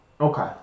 okay